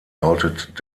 lautet